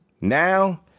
Now